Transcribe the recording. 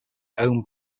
owned